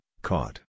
Caught